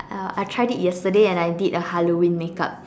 uh I tried it yesterday and I did a Halloween makeup